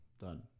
done